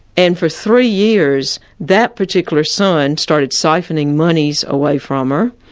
and for three years, that particular son started siphoning monies away from her.